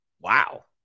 Wow